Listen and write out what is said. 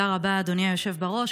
תודה רבה, אדוני היושב בראש.